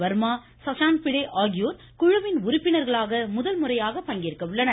வர்மா சஷாந்த் பிடே ஆகியோர் குழுவின் உறுப்பினர்களாக முதல்முறையாக பங்கேற்க உள்ளனர்